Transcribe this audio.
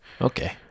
Okay